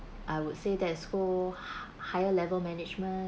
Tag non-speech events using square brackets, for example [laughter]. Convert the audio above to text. I would say that so [breath] higher level management